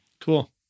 cool